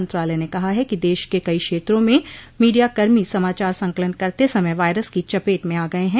मंत्रालय ने कहा है कि देश के कई क्षेत्रों में मीडियाकर्मी समाचार संकलन करते समय वायरस की चपेट में आ गए हैं